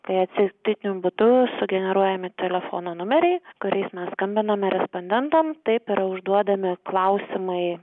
kai atsitiktiniu būdu sugeneruojami telefono numeriai kuriais mes skambinome respondentam taip yra užduodami klausimai